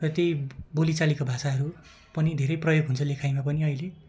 र त्यही बोलीचालीको भाषाहरू पनि धेरै प्रयोग हुन्छ लेखाइमा पनि अहिले